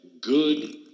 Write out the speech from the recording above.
good